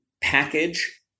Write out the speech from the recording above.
package